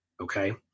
Okay